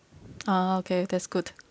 oh okay that's good